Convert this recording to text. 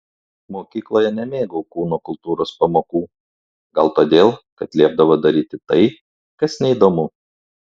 mokykloje nemėgau kūno kultūros pamokų gal todėl kad liepdavo daryti tai kas neįdomu